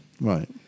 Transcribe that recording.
Right